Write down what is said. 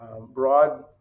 broad